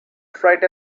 fright